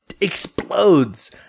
explodes